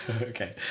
Okay